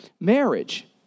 marriage